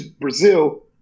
Brazil